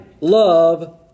love